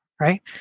right